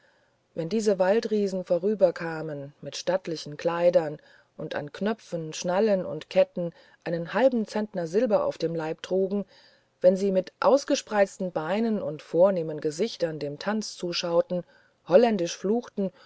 wenn diese waldriesen herüberkamen mit stattlichen kleidern und an knöpfen schnallen und ketten einen halben zentner silber auf dem leib trugen wenn sie mit ausgespreizten beinen und vornehmen gesichtern dem tanz zuschauten holländisch fluchten